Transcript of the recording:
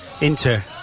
Inter